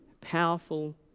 powerful